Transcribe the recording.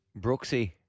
Brooksy